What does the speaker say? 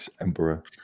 Emperor